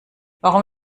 warum